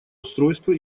устройства